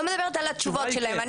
לא מדברת על התשובות שלהם.